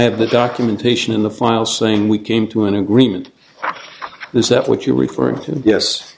have the documentation in the file saying we came to an agreement is that what you're referring to yes